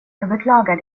beklagar